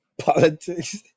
Politics